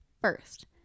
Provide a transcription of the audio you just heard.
first